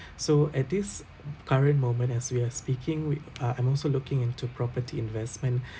so at this current moment as we are speaking with ah I'm also looking into property investment